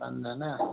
पाँचजना